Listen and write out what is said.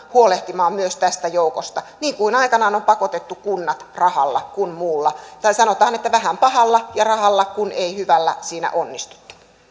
huolehtimaan myös tästä joukosta niin kuin aikanaan on pakotettu kunnat niin rahalla kuin muulla tai sanotaan että vähän pahalla ja rahalla kun ei hyvällä siinä onnistuttu